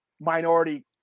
minority